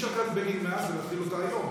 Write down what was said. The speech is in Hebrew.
אי-אפשר לקחת את בגין מאז ולהחיל את זה היום.